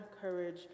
courage